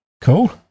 Cool